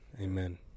amen